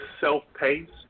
self-paced